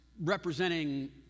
representing